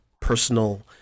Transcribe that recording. personal